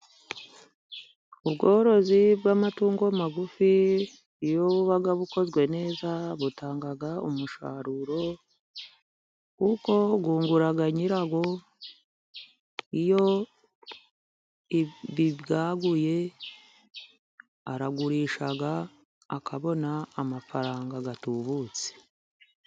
Ubworozi bw'amatungo magufi, iyo bukozwe neza butanga umusaruro kuko bwungura nyirabwo, iyo bibwaguye arabirisha akabona amafaranga, agatubutse.